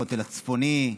הכותל הצפוני,